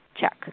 check